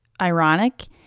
ironic